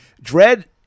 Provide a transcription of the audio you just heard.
Dread